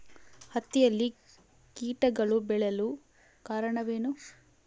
ಹತ್ತಿಯಲ್ಲಿ ಕೇಟಗಳು ಬೇಳಲು ಕಾರಣವೇನು?